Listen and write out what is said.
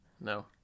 No